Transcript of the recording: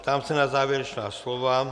Ptám se na závěrečná slova.